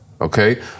okay